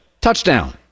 Touchdown